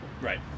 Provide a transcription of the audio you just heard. Right